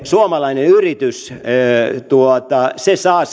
suomalainen yritys saa